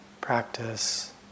practice